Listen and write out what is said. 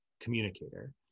communicator